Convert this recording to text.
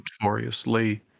notoriously